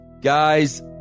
Guys